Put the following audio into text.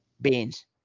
Beans